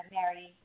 Mary